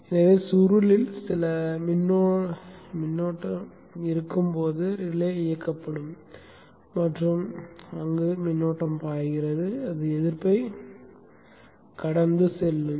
எனவே சுருளில் சில மின்னோட்ட ஓட்டம் இருக்கும்போது ரிலே இயக்கப்படும் மற்றும் அது பாய்கிறது மற்றும் எதிர்ப்பைக் கடந்து செல்லும்